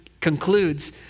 concludes